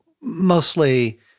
mostly